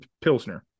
Pilsner